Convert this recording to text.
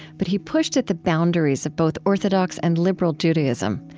but he pushed at the boundaries of both orthodox and liberal judaism.